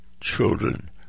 children